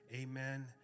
amen